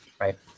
Right